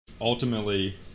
ultimately